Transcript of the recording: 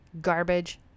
garbage